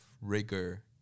rigor